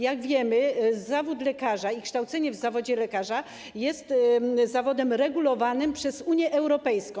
Jak wiemy, zawód lekarza i kształcenie w zawodzie lekarza jest zawodem regulowanym przez Unię Europejską.